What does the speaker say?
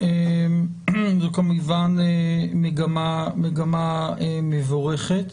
זו כמובן מגמה מבורכת.